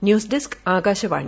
news desk Akashvani